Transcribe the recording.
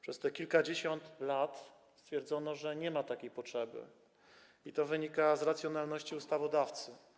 Przez tych kilkadziesiąt lat stwierdzono, że nie ma takiej potrzeby, i to wynika z racjonalności ustawodawcy.